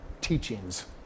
teachings